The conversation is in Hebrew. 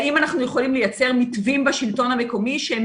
האם אנחנו יכולים לייצר מתווים בשלטון המקומי שהם